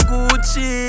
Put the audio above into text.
Gucci